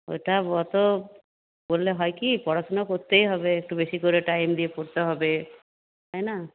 ওটা অত বললে হয় কি পড়াশোনা করতেই হবে একটু বেশি করে টাইম দিয়ে পড়তে হবে তাই না